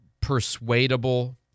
persuadable